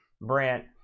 Brent